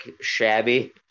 shabby